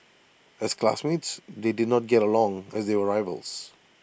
as classmates they did not get along as they were rivals